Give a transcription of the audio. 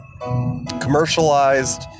commercialized